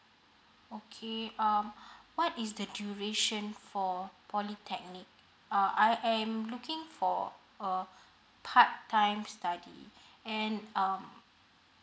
okay um what is the duration for polytechnic uh I'm looking for a part time study and um